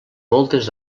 moltes